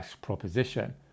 proposition